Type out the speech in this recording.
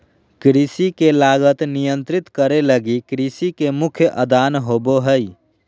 कृषि के लागत नियंत्रित करे लगी कृषि के मुख्य आदान होबो हइ